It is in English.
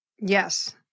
Yes